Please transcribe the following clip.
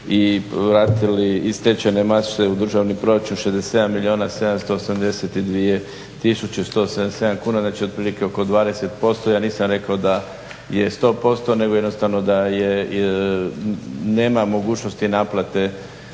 i vratili iz stečajne mase u državni proračun 67 milijuna 782 tisuće 177 kuna, znači otprilike oko 20%. Ja nisam rekao da je 100% nego jednostavno da nema mogućnosti naplate